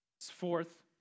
fourth